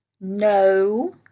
No